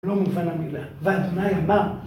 לא מובן המילה, ואז מה היא אמרה